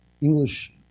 English